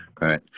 Right